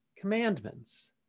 commandments